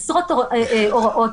עשרות הוראות,